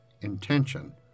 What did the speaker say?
intention